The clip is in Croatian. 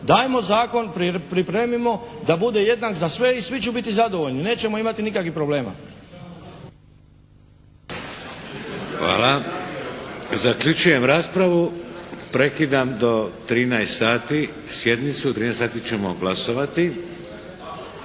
Dajmo zakon pripremimo da bude jednak za sve i svi će biti zadovoljni. Nećemo imati nikakvih problema. **Šeks, Vladimir (HDZ)** Hvala. Zaključujem raspravu. Prekidam do 13 sati sjednicu. U 13 sati ćemo glasovati.